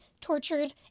tortured